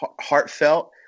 heartfelt